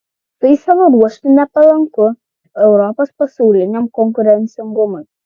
tai savo ruožtu nepalanku europos pasauliniam konkurencingumui